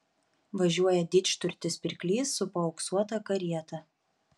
važiuoja didžturtis pirklys su paauksuota karieta